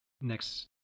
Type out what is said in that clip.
Next